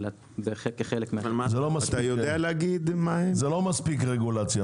זה לא מספיק רגולציה.